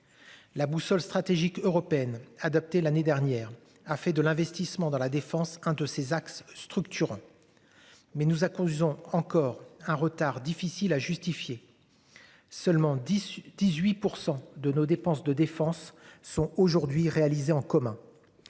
La boussole stratégique européenne adoptée l'année dernière a fait de l'investissement dans la défense, un de ses axes structurants. Mais nous accusons encore un retard difficile à justifier. Seulement 10 18 % de nos dépenses de défense sont aujourd'hui réalisés en commun.